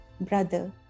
brother